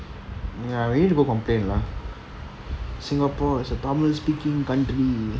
ya we need to go complain lah singapore is a tamil speaking country